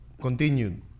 Continued